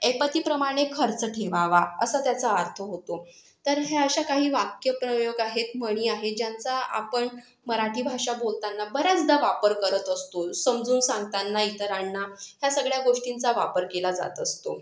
ऐपतीप्रमाणे खर्च ठेवावा असा त्याचा अर्थ होतो तर हे अशा काही वाक्यप्रयोग आहेत म्हणी आहेत ज्याचा आपण मराठी भाषा बोलताना बऱ्याचदा वापर करत असतो समजवून सांगताना इतरांना ह्या सगळ्या गोष्टींचा वापर केला जात असतो